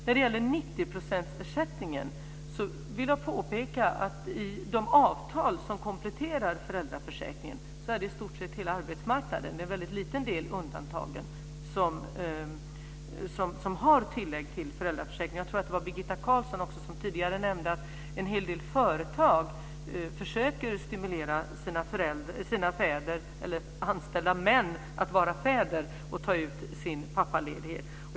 När det gäller 90-procentsersättningen vill jag påpeka att de avtal som kompletterar föräldraförsäkringen gäller i stort sett hela arbetsmarknaden. Det är en väldigt liten del undantagen. Jag tror att det var Birgitta Carlsson som tidigare nämnde att en hel del företag försöker stimulera sina anställda män att vara fäder och ta ut sin pappaledighet.